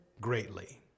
greatly